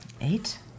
Eight